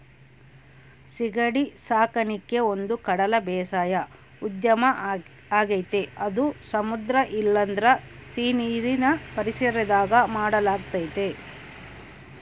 ಸೀಗಡಿ ಸಾಕಣಿಕೆ ಒಂದುಕಡಲ ಬೇಸಾಯ ಉದ್ಯಮ ಆಗೆತೆ ಅದು ಸಮುದ್ರ ಇಲ್ಲಂದ್ರ ಸೀನೀರಿನ್ ಪರಿಸರದಾಗ ಮಾಡಲಾಗ್ತತೆ